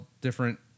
different